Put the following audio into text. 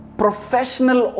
professional